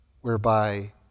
whereby